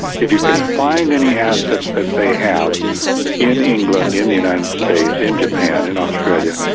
if you can find any assets that they have in england, in the united states, in japan, in australia,